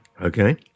okay